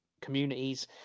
communities